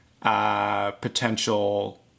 potential